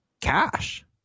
cash